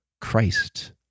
Christ